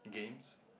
games